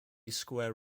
square